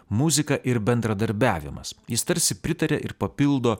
muzika ir bendradarbiavimas jis tarsi pritaria ir papildo